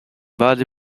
body